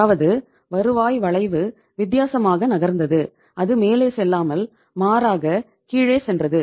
அதாவது வருவாய் வளைவு வித்தியாசமாக நகர்ந்தது அது மேலே செல்லாமல் மாறாக கீழே சென்றது